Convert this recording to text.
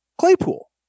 Claypool